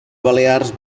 balears